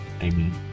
Amen